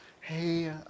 hey